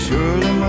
Surely